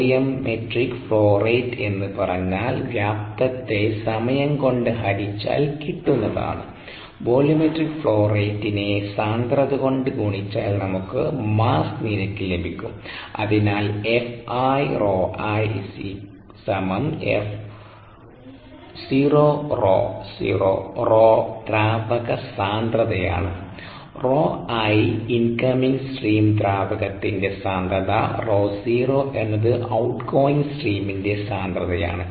volume metric flow rate എന്ന് പറഞ്ഞാൽ വ്യാപ്തത്തെ സമയം കൊണ്ട് ഹരിച്ചാൽ കിട്ടുന്നതാണ് വോള്യൂമെട്രിക് ഫ്ലോ റേറ്റിനെ സാന്ദ്രതകൊണ്ട് ഗുണിച്ചാൽ നമുക്ക് മാസ്സ് നിരക്ക് ലഭിക്കും അതിനാൽ 𝐹𝑖 𝜌𝑖 𝐹0 𝜌0 𝜌 ദ്രാവക സാന്ദ്രതയാണ് 𝜌𝑖 ഇൻകമിംഗ് സ്ട്രീം ദ്രാവകത്തിന്റെ സാന്ദ്രത 𝜌0 എന്നത് ഔട്ട്ഗോയിംഗ് സ്ട്രീമിന്റെ സാന്ദ്രതയാണ്